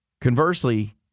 Conversely